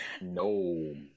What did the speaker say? No